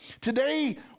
Today